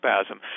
spasm